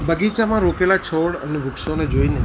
બગીચામાં રોપેલાં છોડ અને વૃક્ષોને જોઈને